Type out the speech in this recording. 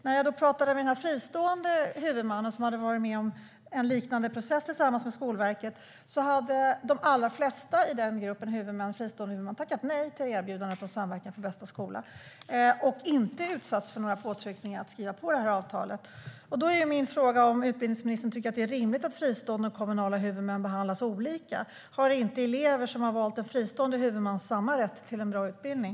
När jag pratade med den fristående huvudmannen, som hade varit med om en liknande process tillsammans med Skolverket, framkom det att de allra flesta i gruppen fristående huvudmän hade tackat nej till erbjudandet om Samverkan för bästa skola och inte utsatts för några påtryckningar att skriva på avtalet. Min fråga är om utbildningsministern tycker att det är rimligt att fristående och kommunala huvudmän behandlas olika. Har inte elever som har valt en fristående huvudman samma rätt till en bra utbildning?